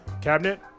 cabinet